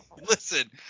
Listen